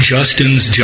Justin's